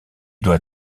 doit